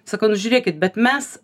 sakau nu žiūrėkit bet mes